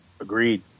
Agreed